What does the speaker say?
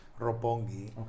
Ropongi